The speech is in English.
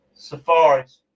safaris